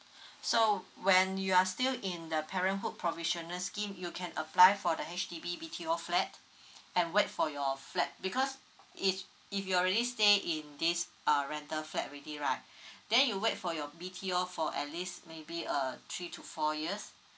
so when you are still in the parenthood provisional scheme you can apply for the H_B_D B_T_O flat and wait for your flat because if if you already stay in this uh rental flat already right then you wait for your B_T_O for at least maybe uh three to four years